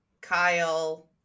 Kyle